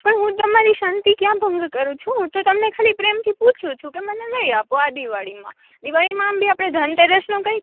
પણ હું તમારી શાંતિ કયા ભંગ કરું છું હું તો તમને ખાલી પ્રેમથી પૂછું છું કે મને લઈ આપો આજ દિવાળીમાં દિવાળીમાં બી આપડે ધનતેરસનું કઈ